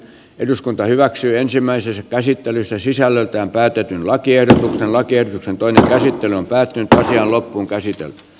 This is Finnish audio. eduskunta hyväksyi ensimmäisessä käsittelyssä sisällöltään päätetyn lakiehdotuksen lakien toinen käsittely on päättynyt ja loppuunkäsitelty